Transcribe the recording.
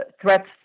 threats